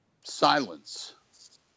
Silence